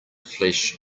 flesh